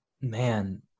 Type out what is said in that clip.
man